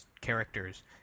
characters